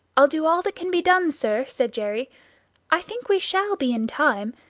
i'll do all that can be done, sir, said jerry i think we shall be in time.